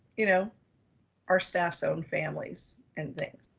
you know our staff's own families and things.